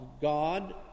God